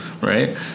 Right